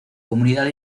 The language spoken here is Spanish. comunidad